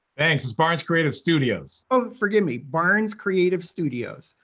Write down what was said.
thanks, it's barnes creative studios. oh, forgive me, barnes creative studios.